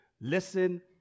listen